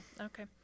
okay